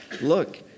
look